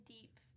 deep